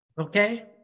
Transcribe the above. Okay